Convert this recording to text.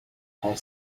her